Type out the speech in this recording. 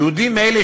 יהודים אלה,